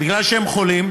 בגלל שהם חולים?